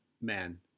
man